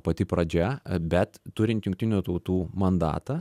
pati pradžia bet turint jungtinių tautų mandatą